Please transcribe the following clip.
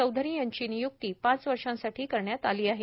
चौधरी यांची नियुक्ती पाच वर्षांसाठी करण्यात आली आहे